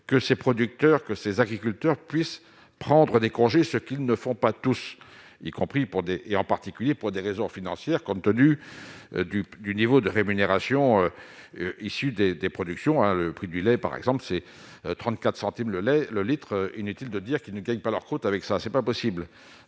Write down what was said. que ces producteurs que ces agriculteurs puissent prendre des congés ce qu'ils ne font pas tous y compris pour des et en particulier pour des raisons financières, compte tenu du du niveau de rémunération issus des des productions, le prix du lait par exemple c'est 34 centimes le lait, le litre, inutile de dire qu'ils ne gagnent pas leur croûte avec ça, c'est pas possible,